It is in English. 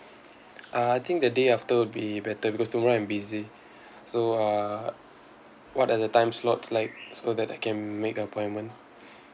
uh I think that day after would be better because tomorrow I'm busy so uh what are the time slots like so that I can make the appointment